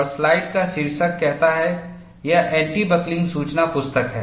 और स्लाइड का शीर्षक कहता है यह एंटी बकलिंग सूचना पुस्तक है